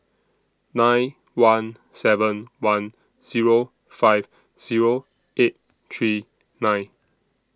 nine one seven one Zero five Zero eight three nine